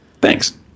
Thanks